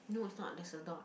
no it's not there's a dot